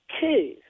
two